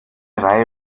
reihe